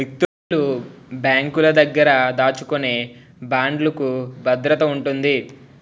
వ్యక్తులు బ్యాంకుల దగ్గర దాచుకునే బాండ్లుకు భద్రత ఉంటుంది